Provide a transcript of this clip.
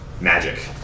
magic